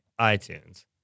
iTunes